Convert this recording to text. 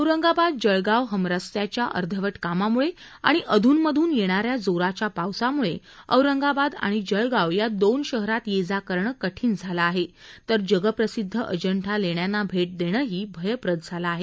औरंगाबाद जळगाव हमरस्त्याच्या अर्धवट कामाम्ळे आणि अधूनमधून येणा या जोराच्या पावसामुळे औरंगाबाद आणि जळगाव या दोन शहरात ये जा करणं कठीण झालं आहे तर जगप्रसिद्ध अजंठा लेण्यांना भेट देणही भयप्रद झालं आहे